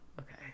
Okay